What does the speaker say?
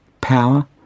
power